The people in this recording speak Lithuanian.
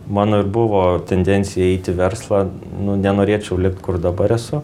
mano ir buvo tendencija įeiti verslą nu nenorėčiau likt kur dabar esu